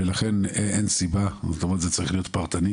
ולכן אין סיבה, זאת אומרת זה צריך להיות פרטני.